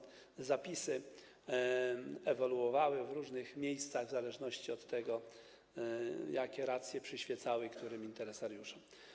Dlatego zapisy ewoluowały w różnych miejscach w zależności od tego, jakie racje przyświecały konkretnym interesariuszom.